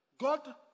God